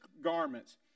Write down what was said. garments